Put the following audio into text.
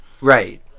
Right